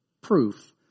proof